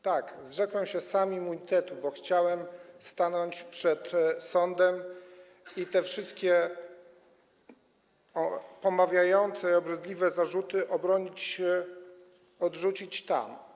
Tak, zrzekłem się sam immunitetu, bo chciałem stanąć przed sądem i te wszystkie pomawiające i obrzydliwe zarzuty odrzucić tam.